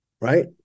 Right